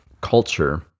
culture